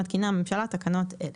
מתקינה הממשלה תקנות אלה: